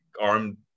armed